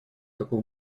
такого